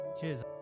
Cheers